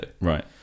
right